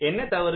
என்ன தவறு